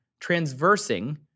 transversing